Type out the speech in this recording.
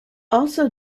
also